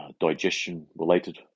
digestion-related